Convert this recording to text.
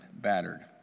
battered